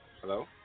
Hello